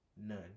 None